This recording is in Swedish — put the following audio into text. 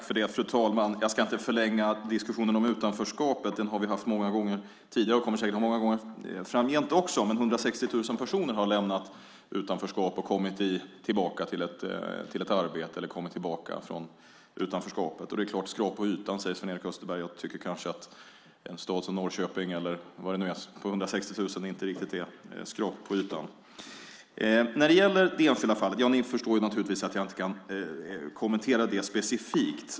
Fru talman! Jag ska inte förlänga diskussionen om utanförskapet, den har vi haft många gånger tidigare och kommer säkert att ha många gånger framgent också. Men 160 000 personer har lämnat utanförskapet och kommit tillbaka till ett arbete eller kommit tillbaka från utanförskapet. Ett skrap på ytan, säger Sven-Erik Österberg. Jag tycker kanske att en stad som Norrköping, eller vad det nu är, med 160 000 invånare inte riktigt är ett skrap på ytan. När det gäller det enskilda fallet förstår ni att jag inte kan kommentera det specifikt.